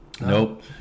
Nope